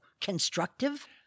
constructive